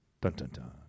Dun-dun-dun